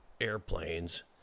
airplanes